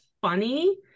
funny